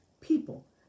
people